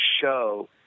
show